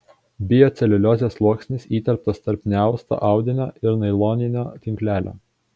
bioceliuliozės sluoksnis įterptas tarp neausto audinio ir nailoninio tinklelio